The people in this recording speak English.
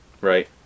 Right